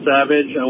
Savage